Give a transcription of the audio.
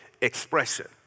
expression